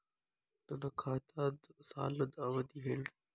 ನನ್ನ ಖಾತಾದ್ದ ಸಾಲದ್ ಅವಧಿ ಹೇಳ್ರಿ